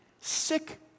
Sick